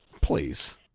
Please